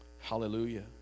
hallelujah